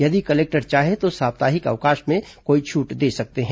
यदि कलेक्टर चाहे तो साप्ताहिक अवकाश में कोई छूट दे सकते हैं